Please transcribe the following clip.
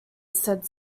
said